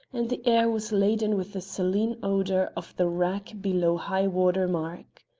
and the air was laden with the saline odour of the wrack below high-water mark.